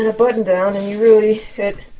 ah button down and you really